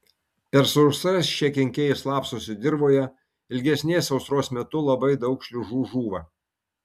per sausras šie kenkėjai slapstosi dirvoje ilgesnės sausros metu labai daug šliužų žūva